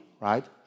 right